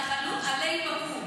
קוראים לזה התנחלות עלי באקו.